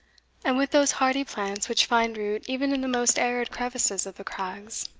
and with those hardy plants which find root even in the most arid crevices of the crags.